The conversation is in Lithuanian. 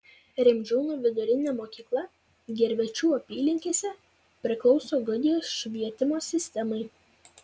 rimdžiūnų vidurinė mokykla gervėčių apylinkėse priklauso gudijos švietimo sistemai